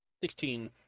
Sixteen